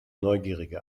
neugierige